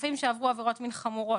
רופאים שעברו עבירות מין חמורות,